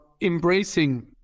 embracing